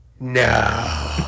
no